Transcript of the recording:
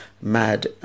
Mad